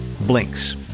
blinks